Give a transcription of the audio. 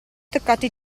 toccato